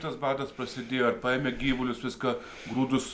tas badas prasidėjo ar paėmė gyvulius viską grūdus